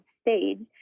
stage